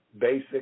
basic